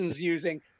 using